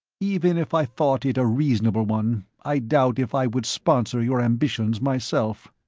even if i thought it a reasonable one, i doubt if i would sponsor your ambitions myself.